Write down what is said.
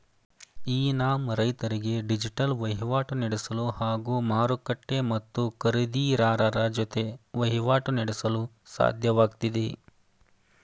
E NAM ರೈತರಿಗೆ digital ವಹಿವಾಟು ನಡೆಸಲು ಹಾಗೂ ಮಾರುಕಟ್ಟೆ ಮತ್ತು ಖರೀದಿರಾರರ ಜೊತೆ ವಹಿವಾಟು ನಡೆಸಲು ಸಾಧ್ಯವಾಗ್ತಿದೆ